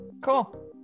Cool